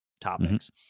topics